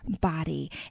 body